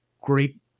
great